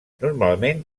normalment